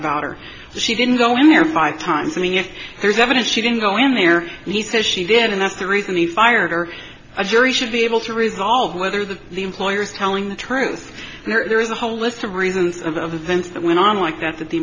about her she didn't go in there five times i mean if there's evidence she didn't go in there and he says she did and that's the reason he fired or a jury should be able to resolve whether the the employer is telling the truth and there is a whole list of reasons of the vents that went on like that that the